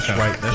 right